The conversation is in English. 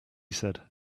said